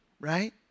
right